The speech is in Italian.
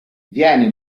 viene